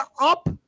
up